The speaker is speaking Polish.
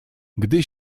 gdy